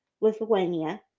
Lithuania